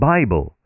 Bible